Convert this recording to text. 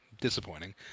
disappointing